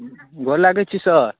गोर लागै छी सर